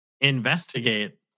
investigate